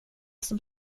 som